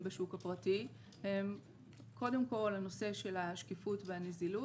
בשוק הפרטי הם קודם כל הנושא של השקיפות והנזילות.